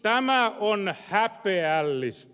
tämä on häpeällistä